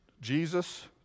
Jesus